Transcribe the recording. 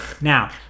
Now